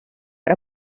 per